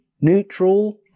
Neutral